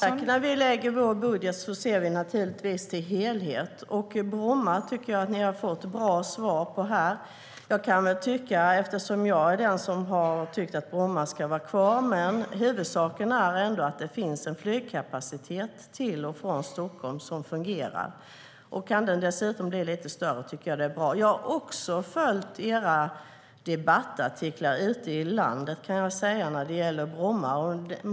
När vi lägger fram vår budget ser vi givetvis till helheten. När det gäller Bromma tycker jag att ni har fått bra svar här. Jag tycker att Bromma ska vara kvar, men huvudsaken är att det finns en flygkapacitet till och från Stockholm som fungerar. Kan den dessutom bli lite större är det bra. Jag har följt era debattartiklar ute i landet när det gäller Bromma.